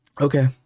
okay